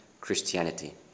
Christianity